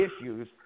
issues